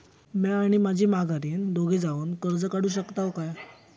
म्या आणि माझी माघारीन दोघे जावून कर्ज काढू शकताव काय?